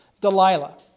Delilah